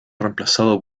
reemplazado